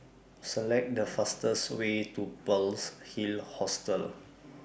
Select The fastest Way to Pearl's Hill Hostel